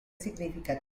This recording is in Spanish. significativo